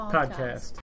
Podcast